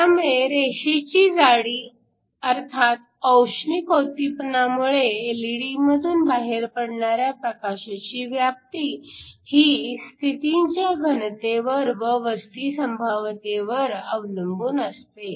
त्यामुळे रेषेची जाडी अर्थात औष्णिक उद्दीपणामुळे एलईडीमधून बाहेर पडणाऱ्या प्रकाशाची व्याप्ती ही स्थितींच्या घनतेवर व वस्ती संभाव्यतेवर अवलंबून असते